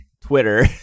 Twitter